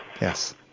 yes